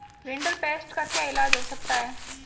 rinderpest का क्या इलाज हो सकता है